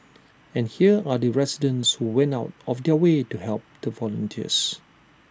and here are the residents who went out of their way to help the volunteers